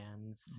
hands